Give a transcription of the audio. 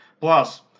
Plus